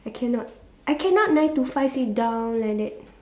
I cannot I cannot learn to fuss it down like that